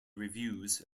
reviews